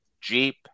Jeep